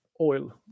oil